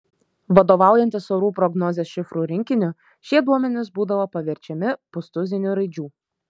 vadovaujantis orų prognozės šifrų rinkiniu šie duomenys būdavo paverčiami pustuziniu raidžių